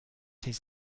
his